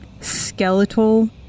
Skeletal